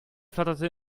flatterte